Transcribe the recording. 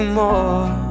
more